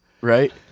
right